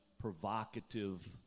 provocative